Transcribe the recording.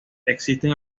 existen